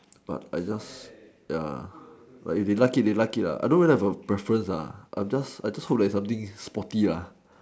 but I just ya but if they like it they like I don't know whether I got preference I just hope is something sporty